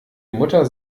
mutter